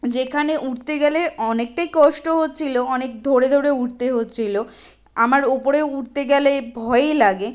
যেখানে উঠতে গেলে অনেকটাই কষ্ট হচ্ছিলো অনেক ধরে ধরে উঠতে হচ্ছিলো আমার ওপরে উঠতে গেলে ভয়ই লাগে